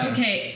Okay